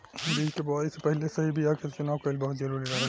बीज के बोआई से पहिले सही बीया के चुनाव कईल बहुत जरूरी रहेला